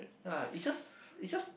ya is just is just